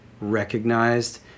recognized